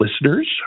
listeners